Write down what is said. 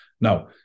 Now